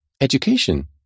Education